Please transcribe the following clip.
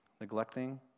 Neglecting